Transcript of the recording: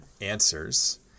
answers